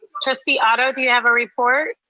trustee otto, do you have a report?